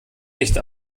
nicht